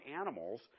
animals